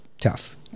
tough